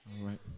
right